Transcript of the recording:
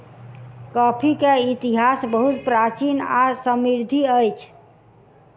coffee के इतिहास बहुत प्राचीन आ समृद्धि अछि